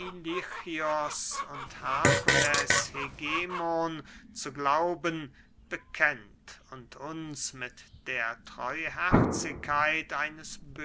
zu glauben bekennt und uns mit der treuherzigkeit eines